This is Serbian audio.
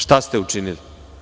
Šta ste učinili?